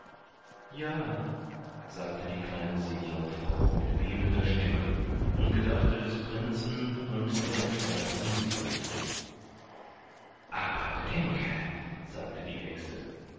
ja sagte die kleine seejungfrau mit bebender stimme und gedachte des prinzen und der unsterblichen seele aber bedenke sagte die hexe